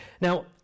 now